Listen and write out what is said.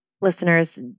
listeners